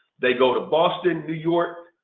they go to boston, new york,